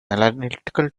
analytical